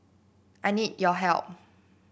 I need your help